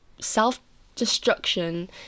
self-destruction